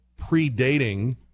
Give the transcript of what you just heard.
predating